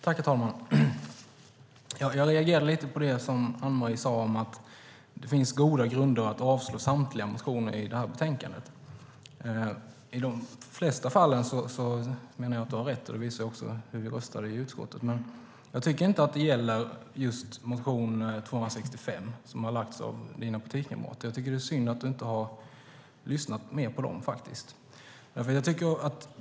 Herr talman! Jag reagerade lite på det som Anne Marie sade om att det finns goda grunder för att avslå samtliga motioner i betänkandet. I de flesta fall menar jag att hon har rätt, och det visas också av hur vi röstade i utskottet. Men jag tycker inte att det gäller motion 265, som har väckts av mina partikamrater. Det är synd att Anne Marie Brodén inte har lyssnat mer på dem.